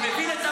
מה זה?